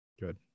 Good